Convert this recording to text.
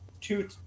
two